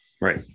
right